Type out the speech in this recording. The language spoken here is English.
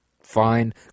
fine